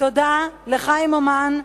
תודה לחיים אומן,